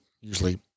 usually